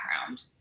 background